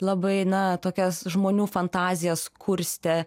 labai na tokias žmonių fantazijas kurstė